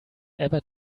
ever